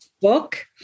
Book